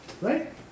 Right